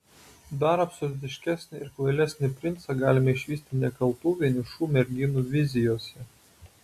dar absurdiškesnį ir kvailesnį princą galime išvysti nekaltų vienišų merginų vizijose